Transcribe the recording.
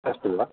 कष्टं वा